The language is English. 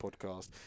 podcast